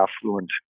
affluent